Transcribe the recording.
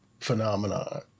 phenomenon